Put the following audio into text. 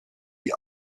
die